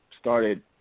started